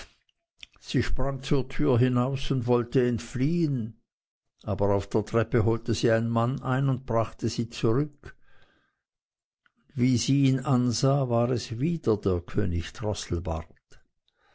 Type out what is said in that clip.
sie sprang zur türe hinaus und wollte entfliehen aber auf der treppe holte sie ein mann ein und brachte sie zurück und wie sie ihn ansah war es wieder der könig drosselbart